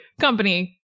company